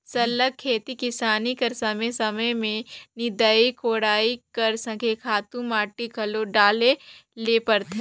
सरलग खेती किसानी कर समे समे में निंदई कोड़ई कर संघे खातू माटी घलो डाले ले परथे